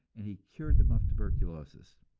and he cured them of tuberculosis,